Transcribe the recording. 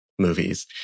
movies